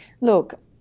Look